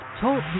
Talk